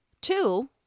Two